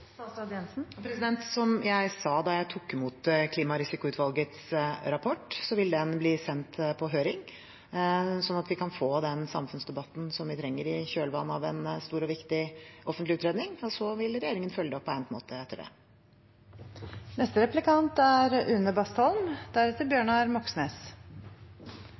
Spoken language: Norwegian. Som jeg sa da jeg tok imot klimarisikoutvalgets rapport, vil den bli sendt på høring, slik at vi kan få den samfunnsdebatten som vi trenger, i kjølvannet av en stor og viktig offentlig utredning. Så vil regjeringen følge opp på egnet måte etter